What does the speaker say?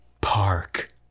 Park